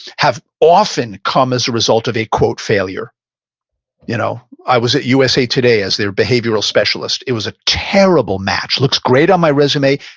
have often come as a result of a failure you know i was at usa today as their behavioral specialist. it was a terrible match. looks great on my resume,